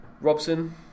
Robson